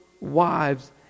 wives